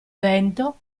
vento